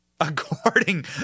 according